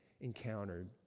encountered